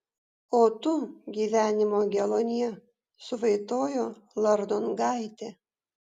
o tu gyvenimo geluonie suvaitojo lardongaitė